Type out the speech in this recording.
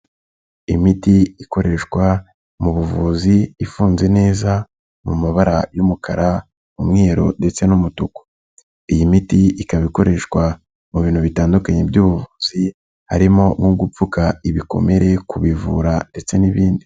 Imiti ikoreshwa mu buvuzi ifunze neza mu mabara y'umukara, umweru ndetse n'umutuku, iyi miti ikaba ikoreshwa mu bintu bitandukanye by'ubuvuzi harimo nko gupfuka ibikomere, kubivura ndetse n'ibindi.